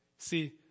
See